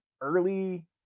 early